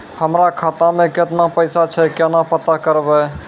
हमरा खाता मे केतना पैसा छै, केना पता करबै?